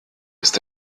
ist